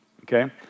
okay